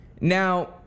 Now